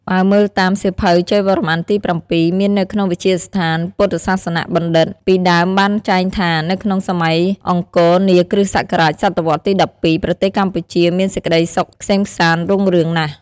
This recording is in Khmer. បើមើលតាម សៀវភៅជ័យវរ្ម័នទី៧ មាននៅក្នុងវិទ្យាស្ថានពុទ្ធសាសនបណ្ឌិត្យ ពីដើមបានចែងថានៅក្នុងសម័យអង្គរនា គ.ស សតវត្សរ៍ទី១២ ប្រទេសកម្ពុជា មានសេចក្តីសុខក្សេមក្សាន្តរុងរឿងណាស់។